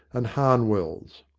and harnwells.